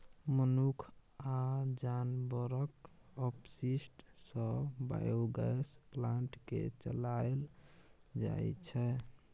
मनुख आ जानबरक अपशिष्ट सँ बायोगैस प्लांट केँ चलाएल जाइ छै